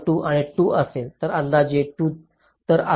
2 आणि 2 असेल तर अंदाजे 2